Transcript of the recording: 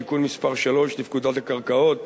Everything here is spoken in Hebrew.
תיקון מס' 3 לפקודת הקרקעות